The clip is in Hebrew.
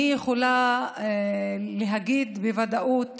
אני יכולה להגיד בוודאות